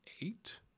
eight